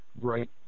right